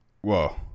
whoa